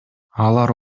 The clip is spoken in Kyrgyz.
алар